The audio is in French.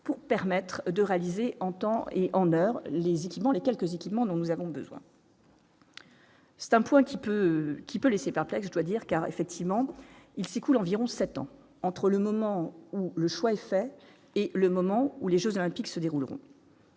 pour permettre de réaliser en temps et en heure, les équipements, les quelques équipements dont nous avons besoin. C'est un point qui peut, qui peut laisser perplexe doit dire car effectivement, il s'écoule environ 7 ans entre le moment où le choix est fait, et le moment où les Jeux olympiques se dérouleront.